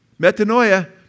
metanoia